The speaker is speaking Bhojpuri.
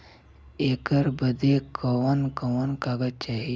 ऐकर बदे कवन कवन कागज चाही?